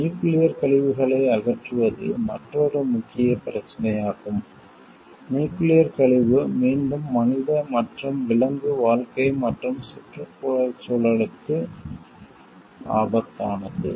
நியூக்கிளியர்க் கழிவுகளை அகற்றுவது மற்றொரு முக்கிய பிரச்சினையாகும் நியூக்கிளியர்க் கழிவு மீண்டும் மனித மற்றும் விலங்கு வாழ்க்கை மற்றும் சுற்றுச்சூழலுக்கு ஆபத்தானது